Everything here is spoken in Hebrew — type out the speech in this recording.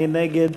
מי נגד?